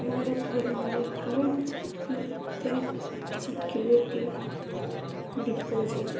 ମୋର ଘର ମାଲିକ ମୋତେ ସିକ୍ୟୁରିଟି ଡିପୋଜିଟ୍